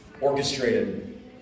orchestrated